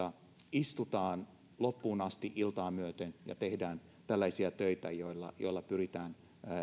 istutaan loppuun asti iltaa myöten ja tehdään tällaisia töitä joilla joilla pyritään